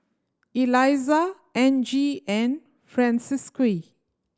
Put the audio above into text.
Elizah Angie and Francisqui